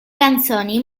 canzoni